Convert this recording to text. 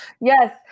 Yes